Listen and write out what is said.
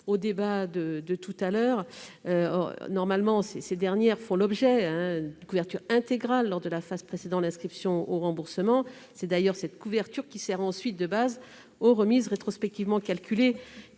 au débat précédent. Ces charges font déjà l'objet d'une couverture intégrale lors de la phase précédant l'inscription au remboursement. C'est d'ailleurs cette couverture qui sert ensuite de base aux remises rétrospectivement calculées